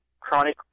chronic